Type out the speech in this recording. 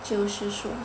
就是说